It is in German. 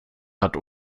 hat